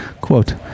Quote